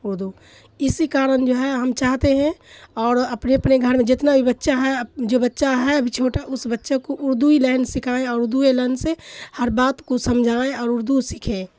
اردو اسی کارن جو ہے ہم چاہتے ہیں اور اپنے اپنے گھر میں جتنا بھی بچہ ہے جو بچہ ہے ابھی چھوٹا اس بچہ کو اردو ہی لائن سکھائیں اور اردو ئے لائن سے ہر بات کو سمجھائیں اور اردو سیکھیں